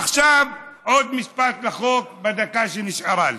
עכשיו עוד משפט על החוק בדקה שנשארה לי.